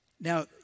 Now